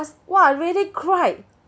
was !wah! really cried